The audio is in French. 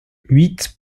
huit